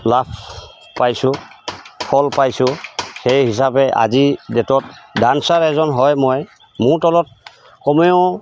লাভ পাইছোঁ ফল পাইছোঁ সেই হিচাপে আজি ডেটত ডানসাৰ এজন হয় মই মোৰ তলত কমেও